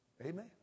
Amen